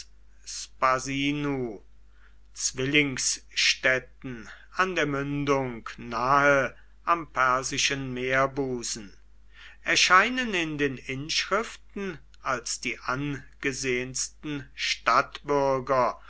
zwillingsstädten an der mündung nahe am persischen meerbusen erscheinen in den inschriften als die angesehensten stadtbürger